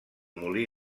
molí